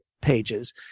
pages